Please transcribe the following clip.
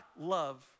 love